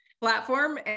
platform